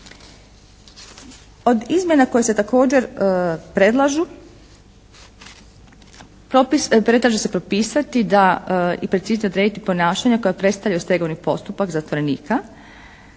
Od izmjena koje se također predlažu, …/Govornik se ne razumije./… će se propisati da i preciznije odrediti ponašanja koja predstavljaju stegovni postupak zatvorenika,